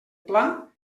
pla